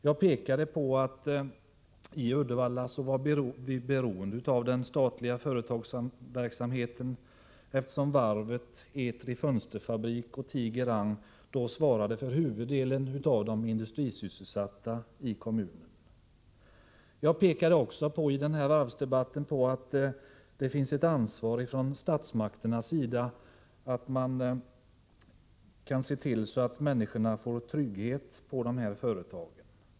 Jag framhöll att vi i Uddevalla var beroende av den statliga företagsamheten, eftersom varvet, Etri Fönsterfabrik och Tiger-Rang då svarade för huvuddelen av sysselsättningen i kommunen. Jag pekade i den debatten också på att statsmakterna har ett ansvar för tryggheten för de människor som arbetar i de här företagen.